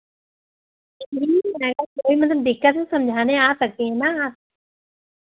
समझने में दिक्कत है समझाने आ सकते हैं ना आप